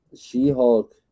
She-Hulk